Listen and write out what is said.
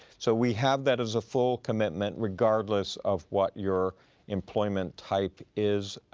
so we have that as a full commitment regardless of what your employment type is